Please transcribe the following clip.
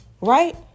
right